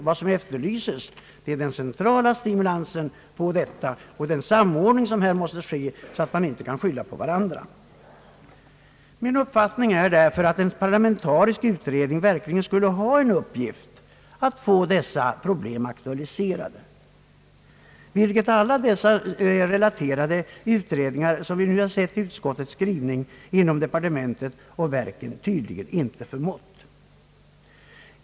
Vad som efterlyses är den centrala stimulansen och samordningen som här måste komma till stånd så att man inte kan skylla på varandra. Min uppfattning är därför att en parlamentarisk utredning verkligen skulle ha en uppgift när det gäller att få dessa problem aktualiserade, något som alla dessa relaterade utredningar i utskottets skrivning inom departementet och verken tydligen inte har förmått.